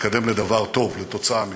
להתקדם לדבר טוב, לתוצאה אמיתית.